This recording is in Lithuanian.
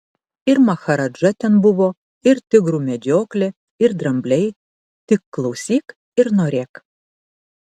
ir maharadža ten buvo ir tigrų medžioklė ir drambliai tik klausyk ir norėk